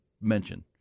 mention